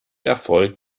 erfolg